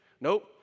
Nope